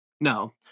No